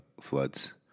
floods